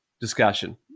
discussion